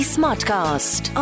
Smartcast